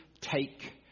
take